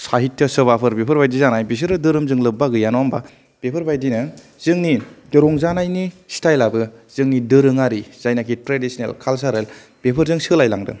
साहित्य सभाफोर बेफोर बादि जानाय बिसोरो धोरोमजों लोब्बा गैया नङा होमबा बेफोर बादिनि जोंनि रंजानायनि सिथाइलाबो जोंनि दोरोङारि जायनाखि ट्रेदिसेनेल कालसारेल बेफोरजों सोलाय लांदों